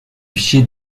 fichiers